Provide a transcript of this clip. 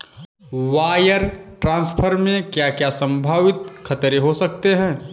Wire transfer में क्या क्या संभावित खतरे हो सकते हैं?